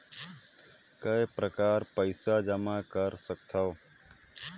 काय प्रकार पईसा जमा कर सकथव?